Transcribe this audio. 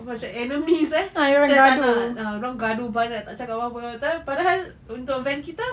macam enemies eh macam tak nak dorang gaduh banyak tak cakap apa-apa padahal untuk van kita